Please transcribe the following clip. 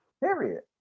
Period